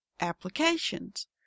applications